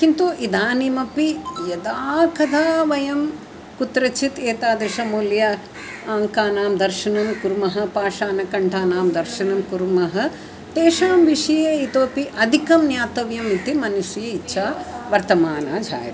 किन्तु इदानीम् अपि यदा कदा वयं कुत्रचित् एतादृशं मूल्यम् अङ्कानां दर्शनं कुर्मः पाषाणखण्डानां दर्शनं कुर्मः तेषां विषये इतोऽपि अधिकं ज्ञातव्यमिति मनसि इच्छा वर्तमाना जायते